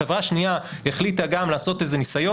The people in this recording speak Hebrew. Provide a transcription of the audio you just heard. חברה השנייה החליטה גם לעשות איזה ניסיון